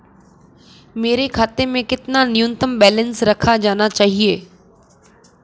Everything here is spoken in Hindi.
मेरे खाते में कितना न्यूनतम बैलेंस रखा जाना चाहिए?